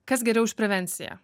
kas geriau už prevenciją